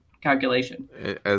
calculation